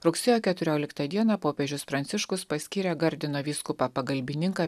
rugsėjo keturioliktą dieną popiežius pranciškus paskyrė gardino vyskupą pagalbininką